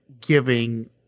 giving